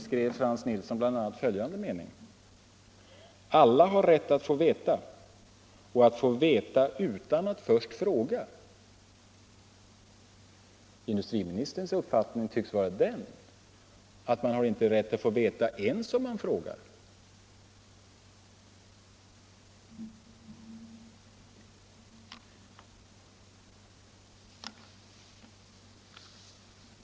Där fanns bl.a. följande mening: ”Alla har rätt att få veta, och att få veta utan att först fråga.” Industriministerns uppfattning tycks vara den att man inte har rätt att få veta ens om man frågar.